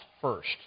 first